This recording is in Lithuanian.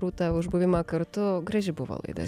rūta už buvimą kartu graži buvo laida